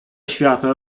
światło